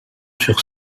sur